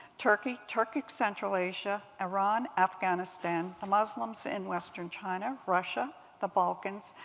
turkey, turkic central asia, iran, afghanistan, the muslims in western china, russia, the balkans,